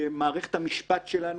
במערכת המשפט שלנו,